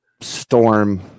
Storm